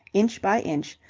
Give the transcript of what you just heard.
inch by inch,